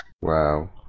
Wow